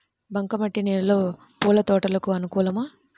బంక మట్టి నేలలో పూల తోటలకు అనుకూలమా?